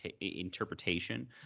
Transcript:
interpretation